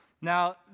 Now